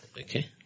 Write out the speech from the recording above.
Okay